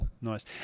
Nice